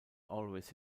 always